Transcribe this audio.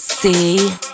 See